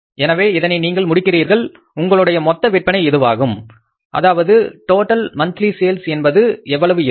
எனவே இதனை நீங்கள் முடிக்கிறார்கள் உங்களுடைய மொத்தவிற்பனை இதுவாகும் அதாவது டோட்டல் மந்த்லி சேல்ஸ் என்பது எவ்வளவு இருக்கும்